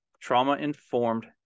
Trauma-Informed